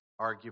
arguably